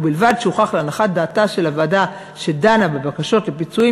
ובלבד שהוכח להנחת דעתה של הוועדה שדנה בבקשות לפיצויים